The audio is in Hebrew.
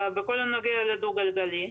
בכל הנוגע לדן-גלגלי,